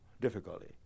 difficulty